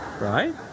right